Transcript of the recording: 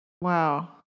Wow